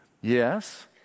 yes